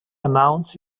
announce